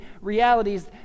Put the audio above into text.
realities